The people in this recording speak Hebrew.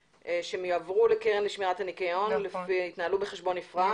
שיועברו לקרן לשמירת הניקיון ויתנהלו בחשבון נפרד,